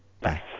Bye